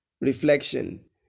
reflection